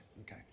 okay